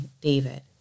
David